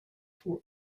for